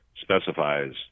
specifies